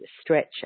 stretch